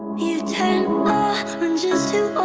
you turn oranges to